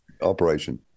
operation